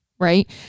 right